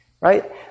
right